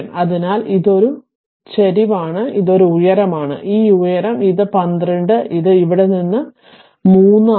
അതിനാൽ ഇത് ഒരു ചരിവാണ് ഇത് ഈ ഉയരമാണ് ഈ ഉയരമാണ് ഇത് 12 വലത് ഇത് ഇവിടെ നിന്ന് ഇവിടെ 3 ആണ്